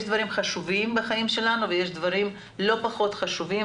יש דברים חשובים בחיים שלנו ויש דברים לא פחות חשובים,